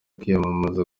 kwiyamamaza